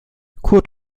kurt